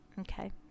Okay